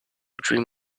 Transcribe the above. dream